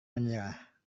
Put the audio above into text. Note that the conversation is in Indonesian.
menyerah